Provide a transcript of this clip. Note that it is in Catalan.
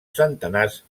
centenars